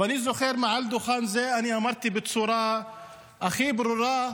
אני זוכר שאמרתי מעל דוכן זה בצורה הכי ברורה,